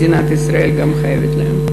מדינת ישראל גם חייבת להם.